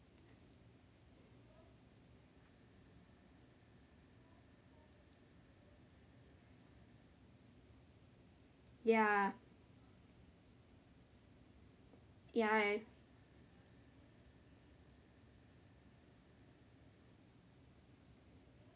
ya ya